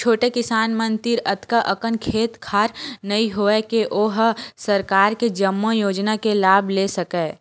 छोटे किसान मन तीर अतका अकन खेत खार नइ होवय के ओ ह सरकार के जम्मो योजना के लाभ ले सकय